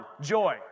joy